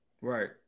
right